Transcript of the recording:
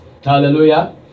Hallelujah